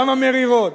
גם המרירות.